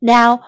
Now